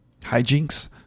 Hijinks